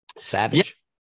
Savage